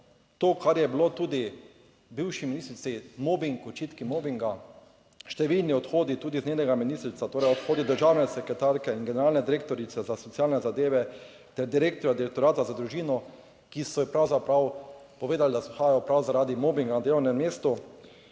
to kar je bilo tudi bivši ministrici mobing, očitki mobinga, številni odhodi tudi iz njenega ministrstva, torej odhodi državne sekretarke in generalne direktorice za socialne zadeve ter direktorja direktorata za družino, ki so pravzaprav povedali, da odhajajo prav zaradi mobinga na delovnem mestu,